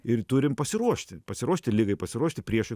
ir turim pasiruošti pasiruošti ligai pasiruošti priešui